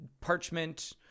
parchment